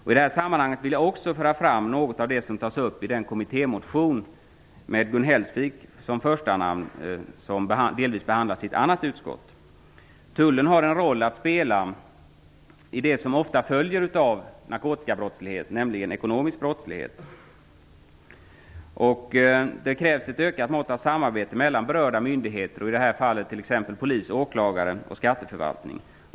I detta sammanhang vill jag också föra fram något av det som tas upp i vår kommittémotion med Gun Hellsvik som första namn som delvis behandlas i ett annat utskott. Tullen har en roll att spela i det som ofta följer av narkotikabrottslighet, nämligen ekonomisk brottslighet. Det krävs ett ökat mått av samarbete mellan berörda myndigheter, i det här fallet polis, åklagare och skatteförvaltning.